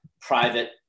private